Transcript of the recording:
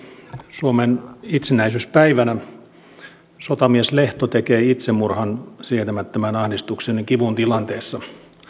suomen itsenäisyyspäivänä sotamies lehto tekee itsemurhan sietämättömän ahdistuksen ja kivun tilanteessa